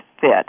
fit